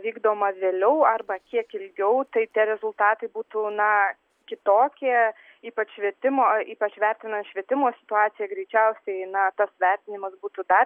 vykdoma vėliau arba kiek ilgiau tai tie rezultatai būtų na kitokie ypač švietimo ypač vertina švietimo situaciją greičiausiai na tas vertinimas būtų dar